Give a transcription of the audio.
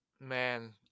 man